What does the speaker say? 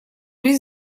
при